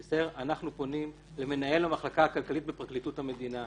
אנחנו פונים למנהל המחלקה הכללית בפרקליטות המדינה.